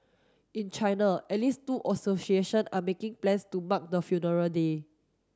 in China at least two association are making plans to mark the funeral day